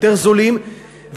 יותר זולים,